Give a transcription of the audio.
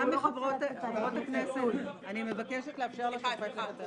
לא עושים את הבחינה --- גם מחברות הכנסת אני מבקשת לאפשר לשופט לדבר.